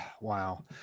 Wow